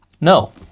No